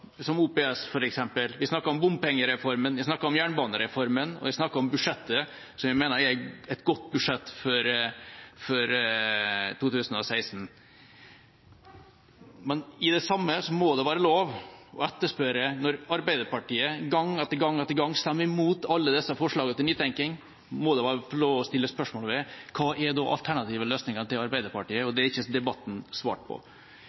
som f.eks. OPS. Jeg snakket om bompengereformen, jeg snakket om jernbanereformen, og jeg snakket om budsjettet – som jeg mener er et godt budsjett for 2016. Samtidig må det være lov til å etterspørre, når Arbeiderpartiet gang etter gang stemmer imot alle disse forslagene til nytenking: Hva er den alternative løsningen til Arbeiderpartiet? Det har ikke debatten svart på. Problemet for Myrli er nok at han stort sett bare er